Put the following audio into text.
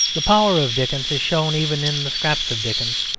the power of dickens is shown even in the scraps of dickens,